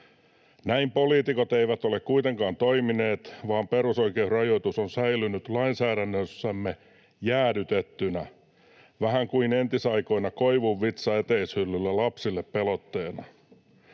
Näin poliitikot eivät ole kuitenkaan toimineet, vaan perusoikeusrajoitus on säilynyt lainsäädännössämme ’jäädytettynä’, vähän kuin entisaikoina koivunvitsa eteishyllyllä lapsille pelotteena.